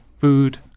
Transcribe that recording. food